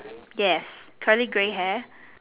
yes curly grey hair